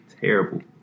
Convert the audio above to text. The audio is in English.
terrible